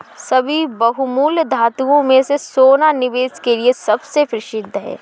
सभी बहुमूल्य धातुओं में से सोना निवेश के लिए सबसे प्रसिद्ध है